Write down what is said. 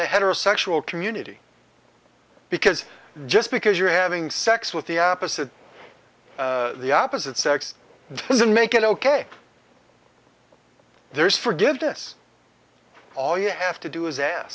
the heterosexual community because just because you're having sex with the opposite the opposite sex doesn't make it ok there is forgive this all you have to do is a